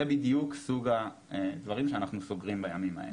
זה בדיוק סוג הדברים שאנחנו סוגרים בימים האלה.